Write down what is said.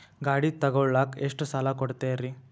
ಗಾಡಿ ತಗೋಳಾಕ್ ಎಷ್ಟ ಸಾಲ ಕೊಡ್ತೇರಿ?